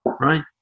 Right